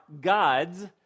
gods